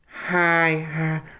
Hi